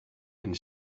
and